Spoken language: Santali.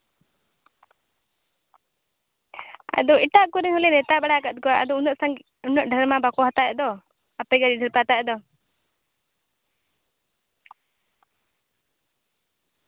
ᱟᱫᱚ ᱮᱴᱟᱜ ᱠᱚᱨᱮ ᱦᱚᱸᱞᱮ ᱱᱮᱣᱛᱟ ᱵᱟᱲᱟ ᱟᱠᱟᱫ ᱠᱚᱣᱟ ᱟᱫᱚ ᱩᱱᱟᱹᱜ ᱥᱟᱸᱜᱮ ᱩᱱᱟᱹᱜ ᱰᱷᱮᱨ ᱢᱟ ᱵᱟᱠᱚ ᱦᱟᱛᱟᱣᱮᱫ ᱫᱚ ᱟᱯᱮ ᱜᱮ ᱰᱷᱮᱨ ᱯᱮ ᱦᱟᱛᱟᱣᱮᱫ ᱫᱚ